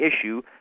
issue